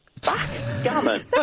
Backgammon